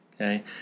okay